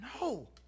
No